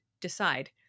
decide